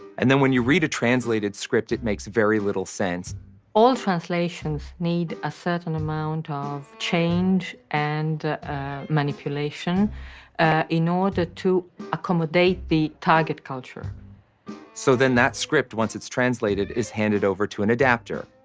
and then when you read the translated script it makes very little sense all translations need a certain amount ah of change and manipulation ah in order to accommodate the target culture so then that script once it's translated, it's handed over to an adaptor,